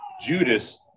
Judas